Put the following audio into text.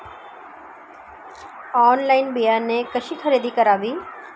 Online बियाणे कशी खरेदी करावीत?